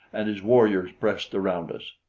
and his warriors pressed around us.